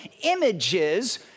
images